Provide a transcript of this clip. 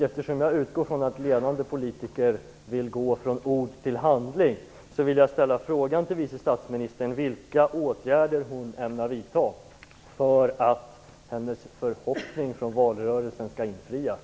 Eftersom jag utgår ifrån att ledande politiker vill gå från ord till handling vill jag fråga vice statsministern vilka åtgärder hon ämnar vidta för att hennes förhoppning från valrörelsen skall infrias.